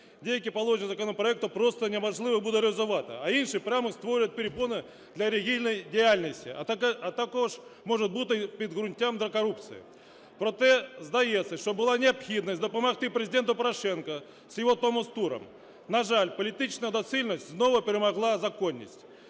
деякі положення законопроекту просто неможливо буде реалізувати, а інші прямо створять перепони для релігійної діяльності, а також можуть бути підґрунтям для корупції. Проте, здається, що була необхідність допомогти Президенту Порошенку з його томос-туром. На жаль, політична доцільність знову перемогла законність.